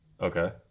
Okay